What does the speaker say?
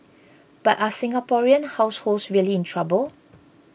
but are Singaporean households really in trouble